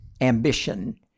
ambition